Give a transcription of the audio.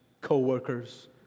co-workers